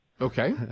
Okay